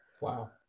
Wow